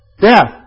Death